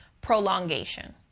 prolongation